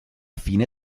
fine